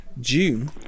june